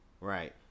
Right